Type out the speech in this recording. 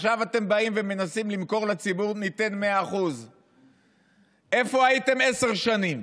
עכשיו אתם באים ומנסים למכור לציבור: ניתן 100%. איפה הייתם עשר שנים?